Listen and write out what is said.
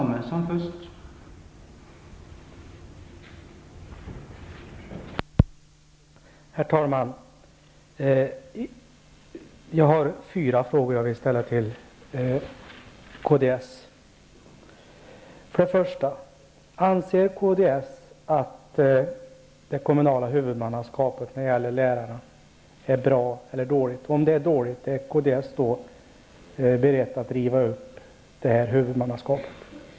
Herr talman! Jag har fyra frågor som jag vill ställa till kds. Fråga ett: Anser kds att det kommunala huvudmannaskapet för lärarna är bra, eller anser man att det är dåligt? Om det är dåligt, är kds då berett att riva upp beslutet om huvudmannaskapet?